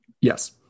Yes